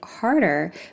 harder